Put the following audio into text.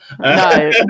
No